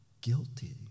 guilty